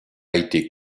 été